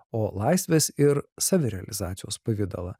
o laisvės ir savirealizacijos pavidalą